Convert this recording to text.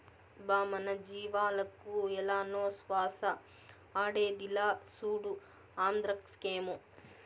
బా మన జీవాలకు ఏలనో శ్వాస ఆడేదిలా, సూడు ఆంద్రాక్సేమో